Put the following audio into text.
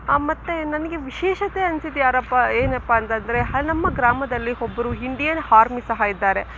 ಮತ್ತೆ ನನಗೆ ವಿಶೇಷತೆ ಅನ್ನಿಸಿದ್ದು ಯಾರಪ್ಪ ಏನಪ್ಪ ಅಂತಂದರೆ ಹ ನಮ್ಮ ಗ್ರಾಮದಲ್ಲಿ ಒಬ್ಬರು ಹಿಂಡಿಯನ್ ಹಾರ್ಮಿ ಸಹ ಇದ್ದಾರೆ